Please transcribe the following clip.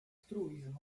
truizm